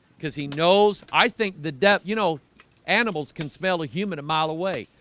because he knows i think the depth, you know animals can smell a human a mile away.